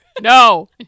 No